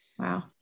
Wow